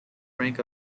rank